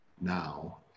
now